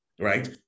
right